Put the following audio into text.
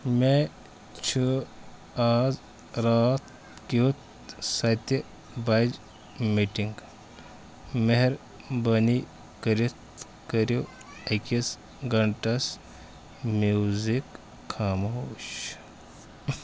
مےٚ چھِ اَز رات کٮُ۪تھ سَتہِ بج میٖٹِنٛگ مٮ۪ہربٲنی کٔرِتھ کٔرِِو أکِس گھنٹس میٛوٗزِک خاموش